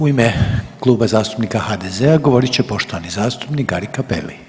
U ime Kluba zastupnika HDZ-a govorit će poštovani zastupnik Gari Capelli.